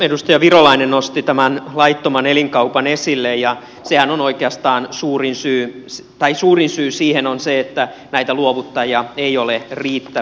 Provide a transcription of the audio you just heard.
edustaja virolainen nosti tämän laittoman elinkaupan esille ja sian on oikeastaan suurin syy vain suurin syy siihen on se että näitä luovuttajia ei ole riittämiin